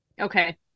Okay